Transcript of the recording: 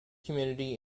community